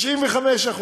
95%,